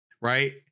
right